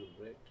right